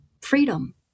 freedom